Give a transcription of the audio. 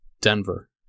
Denver